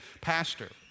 Pastor